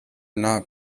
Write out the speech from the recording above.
not